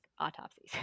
autopsies